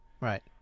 Right